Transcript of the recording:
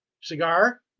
cigar